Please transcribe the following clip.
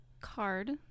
card